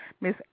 Miss